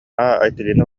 айталина